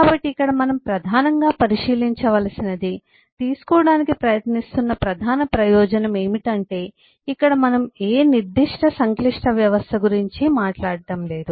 కాబట్టి ఇక్కడ మనం ప్రధానంగా పరిశీలించవలసినది తీసుకోవడానికి ప్రయత్నిస్తున్న ప్రధాన ప్రయోజనం ఏమిటంటే ఇక్కడ మనం ఏ నిర్దిష్ట సంక్లిష్ట వ్యవస్థ గురించి మాట్లాడటం లేదు